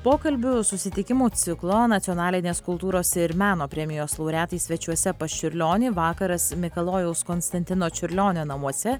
pokalbių susitikimų ciklo nacionalinės kultūros ir meno premijos laureatai svečiuose pas čiurlionį vakaras mikalojaus konstantino čiurlionio namuose